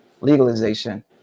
legalization